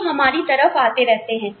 जो हमारी तरफ आते रहते हैं